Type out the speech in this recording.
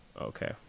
Okay